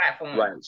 right